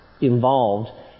involved